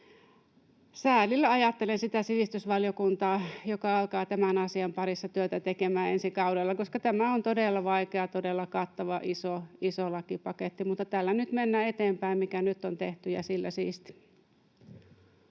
säälillä ajattelen sitä sivistysvaliokuntaa, joka alkaa tämän asian parissa työtä tekemään ensi kaudella, koska tämä on todella vaikea, todella kattava, iso lakipaketti. Mutta täällä nyt mennään eteenpäin, mikä nyt on tehty ja sillä siisti.